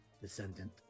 descendant